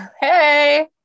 hey